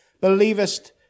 believest